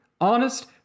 honest